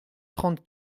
trente